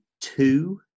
two